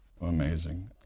Amazing